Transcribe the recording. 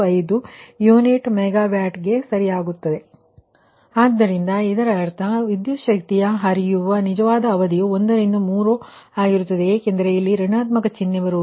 95 unit ಮೆಗಾವ್ಯಾಟ್ಗೆ ಆಗುತ್ತದೆ ಆದ್ದರಿಂದ ಇದರರ್ಥ ವಿದ್ಯುತ್ ಶಕ್ತಿಯ ಹರಿಯುವ ನಿಜವಾದ ಅವಧಿ 1 ರಿಂದ 3 ಆಗಿರುತ್ತದೆ ಏಕೆಂದರೆ ಇಲ್ಲಿ ಋಣಾತ್ಮಕ ಚಿನ್ಹೆ ಬರುತ್ತದೆ